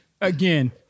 Again